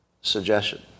suggestion